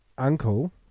uncle